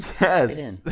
Yes